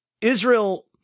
Israel